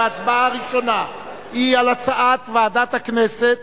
וההצבעה הראשונה היא על: הצעת ועדת הכנסת